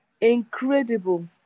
incredible